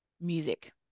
music